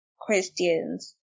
Christians